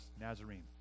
Nazarene